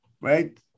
right